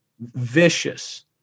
vicious